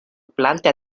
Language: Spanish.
planta